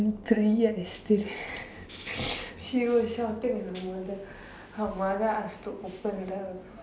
three years still she was shouting with her mother her mother ask to open the